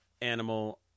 animal